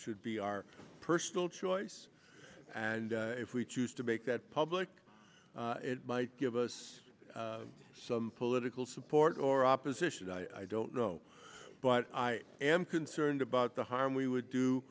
should be our personal choice and if we choose to make that public it might give us some political support or opposition i don't know but i am concerned about the harm we would do